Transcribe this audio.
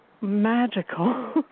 Magical